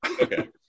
okay